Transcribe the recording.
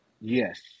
Yes